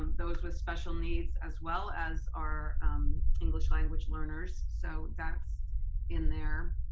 those with special needs as well as our english language learners. so that's in there.